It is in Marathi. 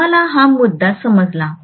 तुम्हाला हा मुद्दा समजला